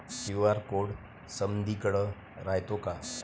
QR code समदीकडे रायतो का?